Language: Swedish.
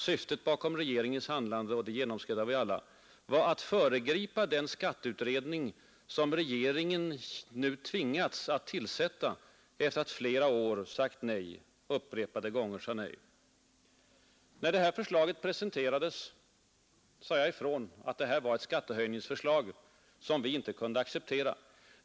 Syftet bakom regeringens handlande — det genomskådar vi ju alla — var att föregripa den skatteutredning som regeringen nu tvingats att tillsätta efter att i flera år upprepade gånger ha sagt nej till den. När förslaget presenterades sade jag ifrån att det var ett skattehöjningsförslag som vi inte kunde acceptera.